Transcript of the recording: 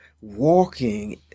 walking